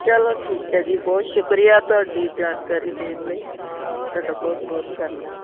ਚਲੋ ਠੀਕ ਹੈ ਜੀ ਬਹੁਤ ਸ਼ੁਕਰੀਆ ਤੁਹਾਡੀ ਜਾਣਕਾਰੀ ਦੇਣ ਲਈ ਤੁਹਾਡਾ ਬਹੁਤ ਬਹੁਤ ਧੰਨਵਾਦ